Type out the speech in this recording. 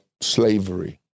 slavery